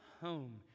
home